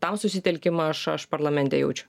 tam susitelkimą aš aš parlamente jaučiu